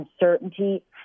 uncertainty